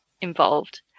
involved